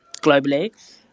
globally